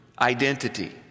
identity